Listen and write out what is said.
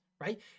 right